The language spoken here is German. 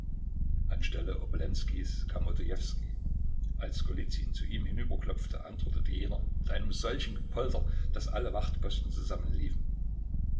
an stelle obolenskijs kam odojewskij als golizyn zu ihm hinüberklopfte antwortete jener mit einem solchen gepolter daß alle wachtposten zusammenliefen